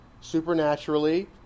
supernaturally